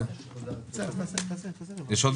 לדבר?